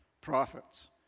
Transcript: profits